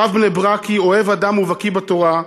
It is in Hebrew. רב בני-ברקי, אוהב אדם ובקי בתורה,